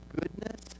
goodness